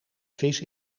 vis